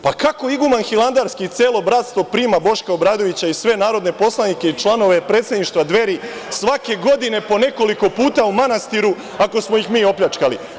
Pa, kako iguman Hilandarski i celo bratstvo prima Boška Obradovića i sve narodne poslanike i članove predsedništva Dveri svake godine po nekoliko puta u manastiru, ako smo ih mi opljačkali?